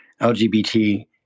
LGBT